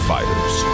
Fighters